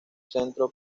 centro